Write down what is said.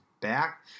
back